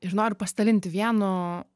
ir noriu pasidalinti vieno